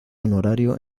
honorario